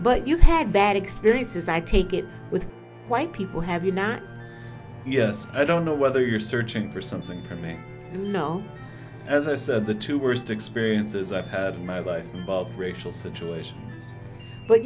but you've had bad experiences i take it with white people have you not yes i don't know whether you're searching for something i mean you know as i said the two worst experiences i've had in my life racial situation but